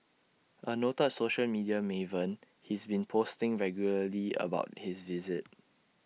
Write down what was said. A noted social media maven he's been posting regularly about his visit